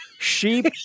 Sheep